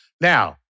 Now